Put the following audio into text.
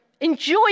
enjoy